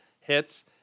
hits